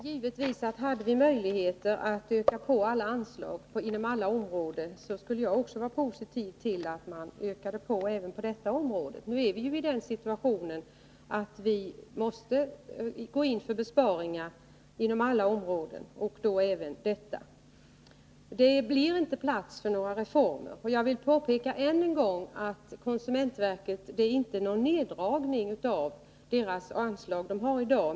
Herr talman! Om vi hade möjligheter att öka alla anslag inom alla områden skulle jag givetvis också vara positiv till att öka dessa anslag. Nu är vi ju i den situationen att vi måste gå in för besparingar inom alla områden, även inom detta område. Det blir inte plats för några reformer. Och jag vill ännu en gång påpeka att det inte görs någon neddragning av det anslag som konsumentverket har i dag.